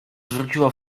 zwróciło